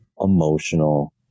emotional